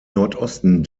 nordosten